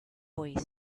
boy